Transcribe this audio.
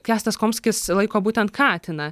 kęstas komskis laiko būtent katiną